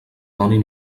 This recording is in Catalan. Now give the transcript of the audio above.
donin